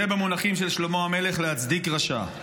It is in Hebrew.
זה במונחים של שלמה המלך להצדיק רשע,